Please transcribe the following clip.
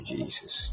Jesus